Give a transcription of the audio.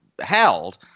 held